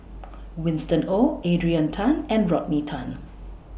Winston Oh Adrian Tan and Rodney Tan